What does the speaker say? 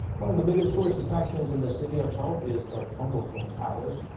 one of the biggest tourist attractions in the city of seoul is the gyeongbokgung palace.